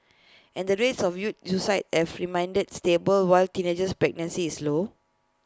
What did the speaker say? and the rates of youth suicide have reminded stable while teenage pregnancy is low